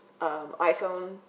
iPhone